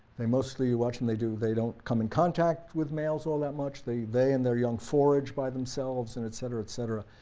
they mostly watch and they do they don't come in contact with males all that much, they they and their young forage by themselves, and etc, etc,